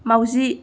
मावजि